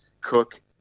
Cook